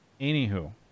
Anywho